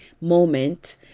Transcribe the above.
moment